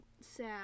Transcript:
sad